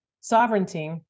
Sovereignty